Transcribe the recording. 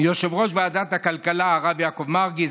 יושב-ראש ועדת הכלכלה הרב יעקב מרגי,